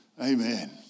amen